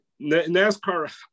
NASCAR